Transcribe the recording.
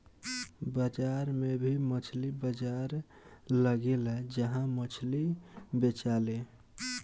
बाजार में भी मछली बाजार लगेला जहा मछली बेचाले